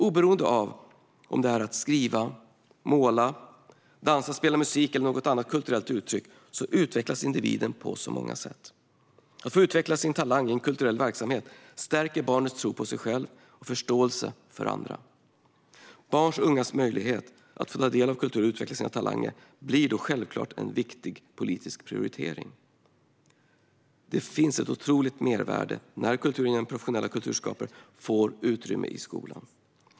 Oberoende av om det är att skriva, måla, dansa, spela musik eller något annat kulturellt uttryck utvecklas individen på många sätt. Att få utveckla sin talang i en kulturell verksamhet stärker barnets tro på sig själv och förståelsen för andra. Barns och ungas möjligheter att få ta del av kultur och att utveckla sina talanger blir självklart en viktig politisk prioritering. Det skapas ett otroligt mervärde när kulturen genom professionella kulturskapare får utrymme i skolan.